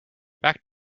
back